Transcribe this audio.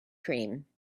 cream